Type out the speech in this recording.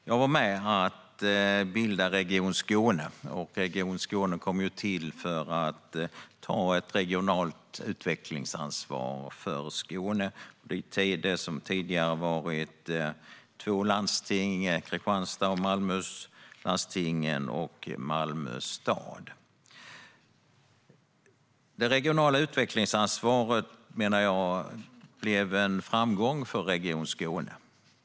Jag var med om att bilda Region Skåne, som ju kom till för att ta ett regionalt utvecklingsansvar för det som tidigare varit två landsting - Kristianstad och Malmöhus - och Malmö stad. Det regionala utvecklingsansvaret blev, menar jag, en framgång för Region Skåne.